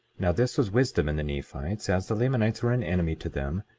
now this was wisdom in the nephites as the lamanites were an enemy to them,